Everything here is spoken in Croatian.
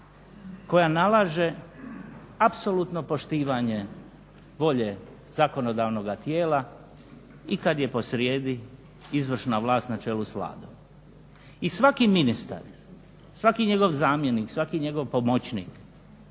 koja nalaže apsolutno poštivanje volje zakonodavnog tijela i kad je posrijedi izvršna vlast na čelu s Vladom. I svaki ministar, svaki njegov zamjenik, svaki njegov pomoćnik